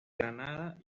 granada